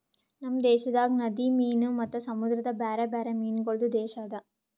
ನಮ್ ದೇಶದಾಗ್ ನದಿ ಮೀನು ಮತ್ತ ಸಮುದ್ರದ ಬ್ಯಾರೆ ಬ್ಯಾರೆ ಮೀನಗೊಳ್ದು ದೇಶ ಅದಾ